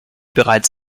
bereits